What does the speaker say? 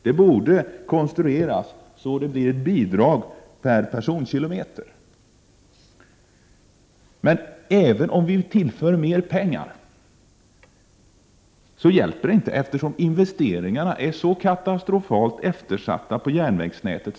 Det borde konstrueras så att det blir ett bidrag per personkilometer. Även om vi tillför mer pengar kommer det inte att hjälpa, eftersom investeringarna sedan 40 år tillbaka är så katastrofalt eftersatta på järnvägsnätet.